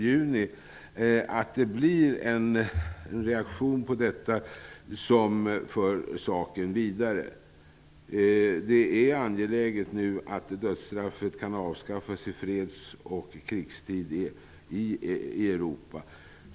Jag menar därför att det är mycket viktigt att det blir en reaktion på detta, så att saken förs vidare. Det är alltså angeläget att dödsstraffet kan avskaffas i både freds och krigstid i Europa.